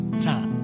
time